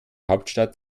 hauptstadt